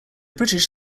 british